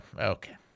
okay